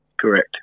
Correct